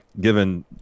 given